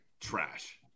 Trash